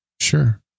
Sure